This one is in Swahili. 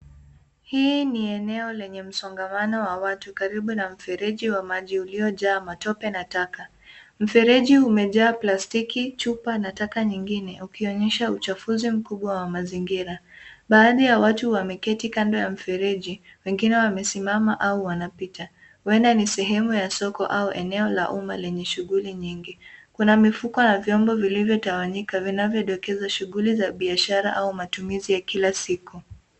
Hii ni eneo lenye msongamano wa watu karibu na mfereji wa maji uliojaa matope na taka. Mfereji umejaa plastiki , chupa na taka nyingine ukionyesha uchafuzi mkubwa wa mazingira . Baadhi ya watu wameketi kando ya mfereji , wengine wamesimama au wanapita . Huenda ni sehemu ya soko au eneo la umma lenye shughuli nyingi . Kuna mifuko ya vyombo vilivyotawanyika vinavyodokeza shughuli za biashara au matumizi ya kila siku.